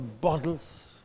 bottles